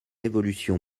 évolution